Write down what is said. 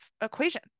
equation